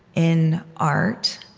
in art,